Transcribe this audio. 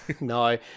no